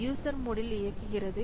user மோடில் இயக்குகிறது